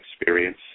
experience